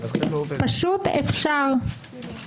פשוט אפשר.